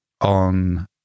on